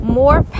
more